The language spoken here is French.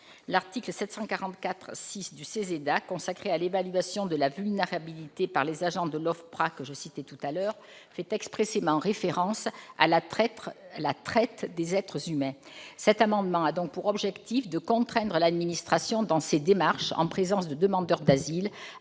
L'article L. 744-6 du CESEDA, consacré à l'évaluation de la vulnérabilité par les agents de l'OFPRA, que j'ai cité précédemment, fait expressément référence à la traite des êtres humains. Cet amendement a pour objectif de contraindre l'administration, dans ses démarches en présence de demandeurs d'asile,